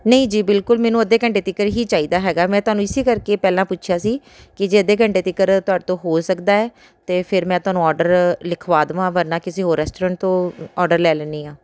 ਨਹੀਂ ਜੀ ਬਿਲਕੁਲ ਮੈਨੂੰ ਅੱਧੇ ਘੰਟੇ ਤੀਕਰ ਹੀ ਚਾਹੀਦਾ ਹੈਗਾ ਮੈਂ ਤੁਹਾਨੂੰ ਇਸ ਕਰਕੇ ਪਹਿਲਾਂ ਪੁੱਛਿਆ ਸੀ ਕਿ ਜੇ ਅੱਧੇ ਘੰਟੇ ਤੀਕਰ ਤੁਹਾਡੇ ਤੋਂ ਹੋ ਸਕਦਾ ਹੈ ਅਤੇ ਫਿਰ ਮੈਂ ਤੁਹਾਨੂੰ ਔਡਰ ਲਿਖਵਾ ਦੇਵਾਂ ਵਰਨਾ ਕਿਸੇ ਹੋਰ ਰੈਸਟੋਰੈਂਟ ਤੋਂ ਔਡਰ ਲੈ ਲੈਂਦੀ ਹਾਂ